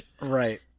Right